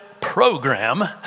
program